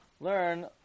learn